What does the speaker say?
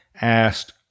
asked